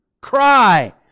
cry